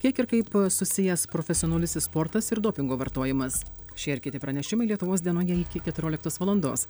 kiek ir kaip susijęs profesionaliusis sportas ir dopingo vartojimas šie ir kiti pranešimai lietuvos dienoje iki keturioliktos valandos